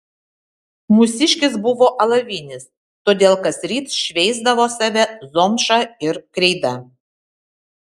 mūsiškis buvo alavinis todėl kasryt šveisdavo save zomša ir kreida